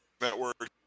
Network